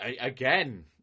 again